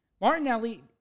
Martinelli